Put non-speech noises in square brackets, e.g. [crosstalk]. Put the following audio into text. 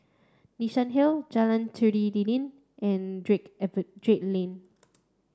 Nassim Hill Jalan Tari D Lilin and Drake [unintelligible] Drake Lane